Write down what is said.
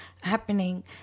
happening